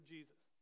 Jesus